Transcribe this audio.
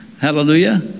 Hallelujah